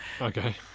Okay